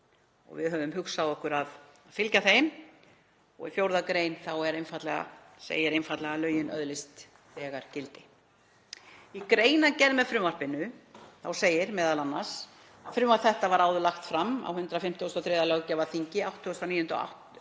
Við höfum hugsað okkur að fylgja þeim. Í 4. gr. segir einfaldlega að lögin öðlist þegar gildi. Í greinargerð með frumvarpinu segir m.a. að frumvarp þetta var áður lagt fram á 153. löggjafarþingi (898.